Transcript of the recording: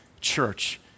church